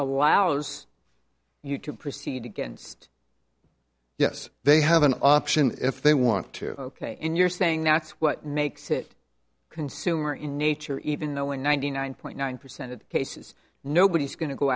allows you to proceed against yes they have an option if they want to ok and you're saying that's what makes it consumer in nature even knowing ninety nine point nine percent of cases nobody's going to go